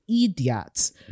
idiots